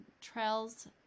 trails